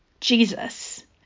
Jesus